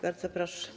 Bardzo proszę.